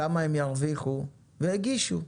כמה הם ירוויחו, והגישו.